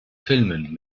filmen